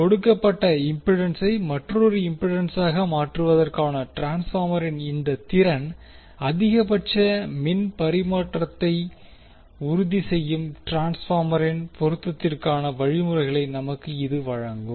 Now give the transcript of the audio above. கொடுக்கப்பட்ட இம்பிடன்சை மற்றொரு இம்பிடன்சாக மாற்றுவதற்கான ட்ரான்ஸ்பார்மரின் இந்த திறன் அதிகபட்ச மின் பரிமாற்றத்தை உறுதி செய்யும் ட்ரான்ஸ்பார்மரின் பொருத்தத்திற்கான வழிமுறைகளை நமக்கு இது வழங்கும்